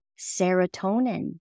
serotonin